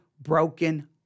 broken